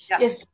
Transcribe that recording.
Yes